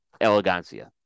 Elegancia